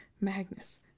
Magnus